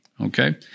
Okay